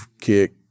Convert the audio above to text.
kick